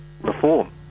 reform